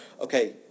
okay